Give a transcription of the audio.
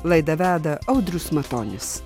laidą veda audrius matonis